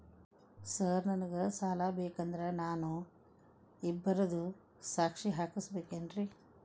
Sir ನನಗೆ ಸಾಲ ಬೇಕಂದ್ರೆ ನಾನು ಇಬ್ಬರದು ಸಾಕ್ಷಿ ಹಾಕಸಬೇಕೇನ್ರಿ?